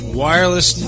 wireless